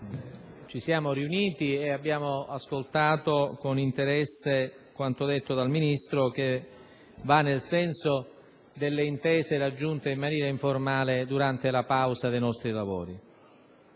ci siamo riuniti e abbiamo ascoltato con interesse quanto detto dal Ministro, che va nel senso delle intese raggiunte in maniera informale durante la pausa dei nostri lavori.